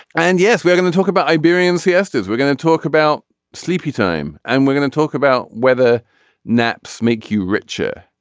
and yes we we're going to talk about liberians yesterday. we're going to talk about sleepy time and we're going to talk about whether naps make you richer.